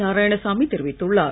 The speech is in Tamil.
நாராயணசாமி தெரிவித்துள்ளார்